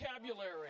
vocabulary